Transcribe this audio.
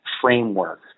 framework